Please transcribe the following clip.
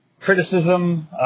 criticism